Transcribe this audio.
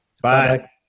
Bye